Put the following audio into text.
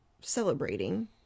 celebrating